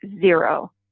zero